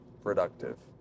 productive